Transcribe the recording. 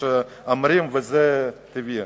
וזה טבעי.